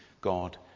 God